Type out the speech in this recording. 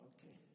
Okay